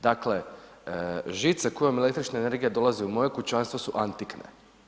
Dakle, žice kojom električna energija dolazi u moje kućanstvo su antikne.